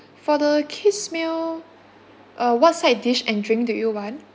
for the kid meal uh what side dish and drink did you want